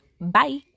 bye